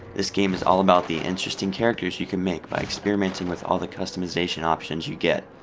this game is all about the interesting characters you can make by experimenting with all the customization options you get.